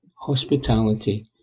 hospitality